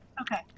Okay